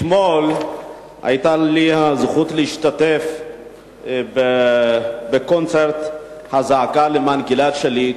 אתמול היתה לי הזכות להשתתף בקונצרט הזעקה למען גלעד שליט,